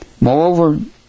Moreover